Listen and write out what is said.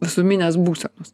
visuminės būsenos